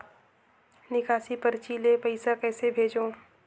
निकासी परची ले पईसा कइसे भेजों?